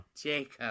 Jacob